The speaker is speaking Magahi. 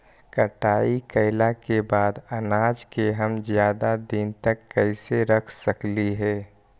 कटाई कैला के बाद अनाज के हम ज्यादा दिन तक कैसे रख सकली हे?